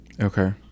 okay